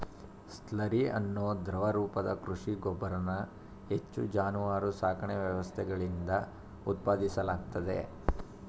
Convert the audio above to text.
slurry ಅನ್ನೋ ದ್ರವ ರೂಪದ ಕೃಷಿ ಗೊಬ್ಬರನ ಹೆಚ್ಚು ಜಾನುವಾರು ಸಾಕಣೆ ವ್ಯವಸ್ಥೆಗಳಿಂದ ಉತ್ಪಾದಿಸಲಾಗ್ತದೆ